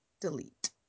delete